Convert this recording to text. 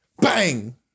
Bang